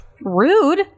Rude